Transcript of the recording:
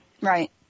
Right